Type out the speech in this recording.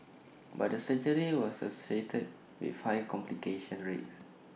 but the surgery was associated with high complication rates